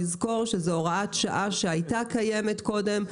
לזכור שזאת הוראת שעה שהייתה קיימת קודם.